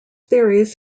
theories